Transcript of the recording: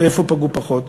איפה פגעו פחות?